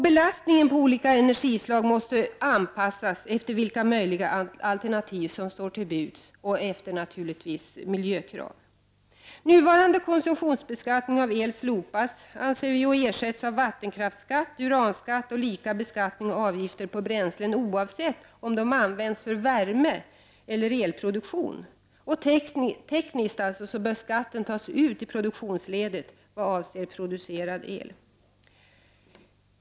Belastningen på olika energislag måste anpassas efter vilka möjliga alternativ som står till buds och naturligtvis efter miljökrav. Vi anser att nuvarande konsumtionsbeskattning av el skall slopas och skall ersättas med vattenkraftsskatt, uranskatt och lika beskattning och avgifter på bränslen, oavsett om de används för värme eller elproduktion. Tekniskt bör skatt tas ut i produktionsledet i vad avser producerad el.